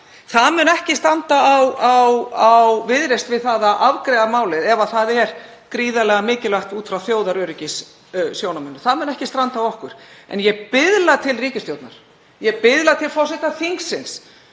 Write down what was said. Það mun ekki standa á Viðreisn að afgreiða málið ef það er gríðarlega mikilvægt út frá þjóðaröryggissjónarmiðum. Það mun ekki stranda á okkur. En ég biðla til ríkisstjórnarinnar og ég biðla til forseta þingsins